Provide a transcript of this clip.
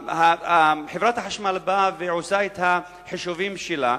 חברת החשמל באה ועושה את החישובים שלה,